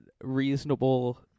reasonable